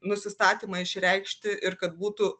nusistatymą išreikšti ir kad būtų